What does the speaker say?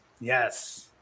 Yes